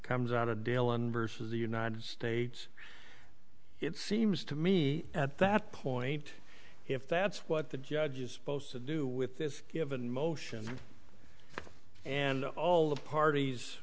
comes out a deal and versus the united states it seems to me at that point if that's what the judge is posed to do with this given motion and all the parties